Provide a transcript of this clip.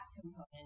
component